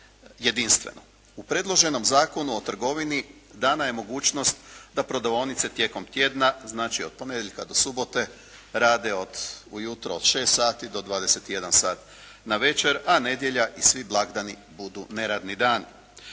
U predloženom Zakonu o trgovini dana je mogućnost da prodavaonice tijekom tjedna znači od ponedjeljka do subote rade od u jutro 6 sati do 21 sat na večer, a nedjelja i svi blagdani budu neradni dani.